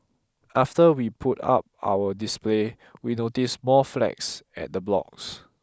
after we put up our display we noticed more flags at the blocks